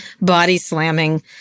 body-slamming